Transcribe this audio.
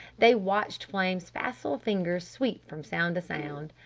they watched flame's facile fingers sweep from sound to sound.